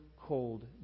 cold